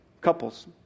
Couples